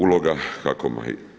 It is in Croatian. Uloga HAKOM-a.